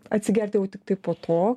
atsigert jau tiktai po to